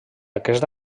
aquest